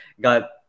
got